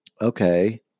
okay